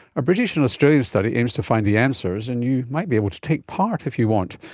a british and australian study aims to find the answers, and you might be able to take part if you want.